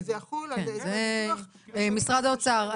שזה יחול --- משרד האוצר,